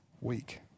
week